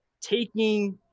taking